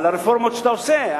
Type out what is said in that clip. על הרפורמות שאתה עושה.